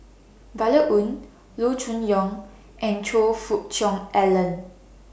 Violet Oon Loo Choon Yong and Choe Fook Cheong Alan